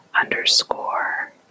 underscore